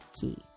key